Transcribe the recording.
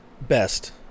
best